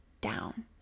down